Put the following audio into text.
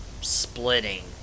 splitting